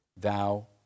thou